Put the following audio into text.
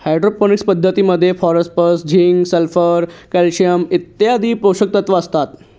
hydroponics पद्धतीमध्ये phosphorus, zinc, sulphur, calcium इत्यादी पोषकतत्व असतात